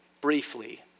Briefly